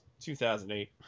2008